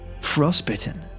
frostbitten